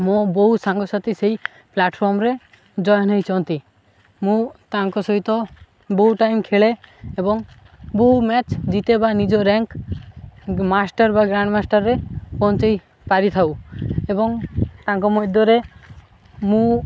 ମୋ ବୋଉ ସାଙ୍ଗସାଥି ସେଇ ପ୍ଲାଟଫର୍ମରେ ଜଏନ୍ ହୋଇଛନ୍ତି ମୁଁ ତାଙ୍କ ସହିତ ବୋଉ ଟାଇମ୍ ଖେଳେ ଏବଂ ବୋଉ ମ୍ୟାଚ୍ ଜିତେ ବା ନିଜ ରାଙ୍କ୍ ମାଷ୍ଟର୍ ବା ଗ୍ରାଣ୍ଡ ମାଷ୍ଟର୍ରେ ପହଞ୍ଚେଇ ପାରିଥାଉ ଏବଂ ତାଙ୍କ ମଧ୍ୟରେ ମୁଁ